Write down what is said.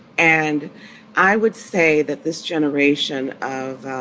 and i would say that this generation of